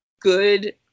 good